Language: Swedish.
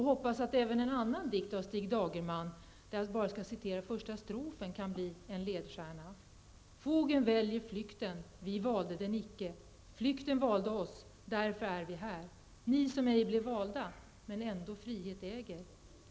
Jag hoppas att även en annan dikt av Stig Dagerman kan bli en ledstjärna. Fågeln väljer flykten, vi valde den icke. Flykten valde oss, därför är vi här.